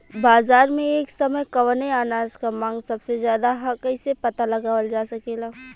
बाजार में एक समय कवने अनाज क मांग सबसे ज्यादा ह कइसे पता लगावल जा सकेला?